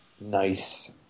Nice